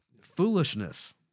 Foolishness